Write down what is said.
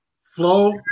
flow